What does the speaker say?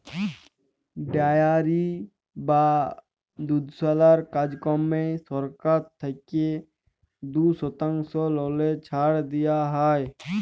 dairy বা দুধশালার কাজকম্মে সরকার থ্যাইকে দু শতাংশ ললে ছাড় দিয়া হ্যয়